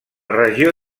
regió